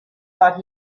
thought